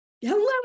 Hello